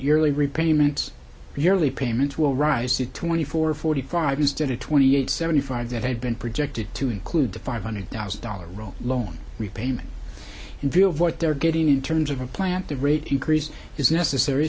yearly repayments yearly payments will rise to twenty four forty five instead of twenty eight seventy five that had been projected to include the five hundred thousand dollars roll loan repayment in view of what they're getting in terms of a plant the rate increase is necessary